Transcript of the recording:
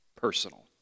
personal